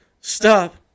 stop